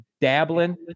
dabbling